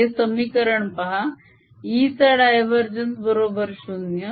हे समीकरण पहा - E चा डायवरजेन्स बरोबर 0